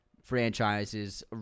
franchises